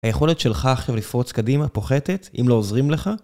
היכולת שלך עכשיו לפרוץ קדימה פוחתת, אם לא עוזרים לך?